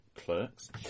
clerks